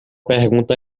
pergunta